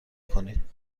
کنید